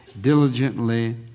diligently